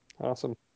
Awesome